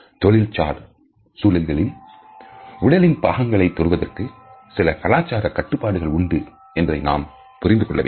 தொழில்சார் சூழல்களில் உடலின் பாகங்களை தொடுவதற்கு சில கலாச்சார கட்டுப்பாடுகள் உண்டு என்பதை நாம் புரிந்து கொள்ள வேண்டும்